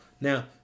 Now